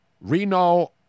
Reno